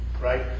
right